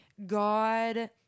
God